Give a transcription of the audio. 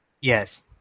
Yes